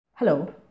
Hello